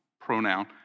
pronoun